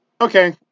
Okay